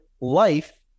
life